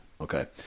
okay